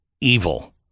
evil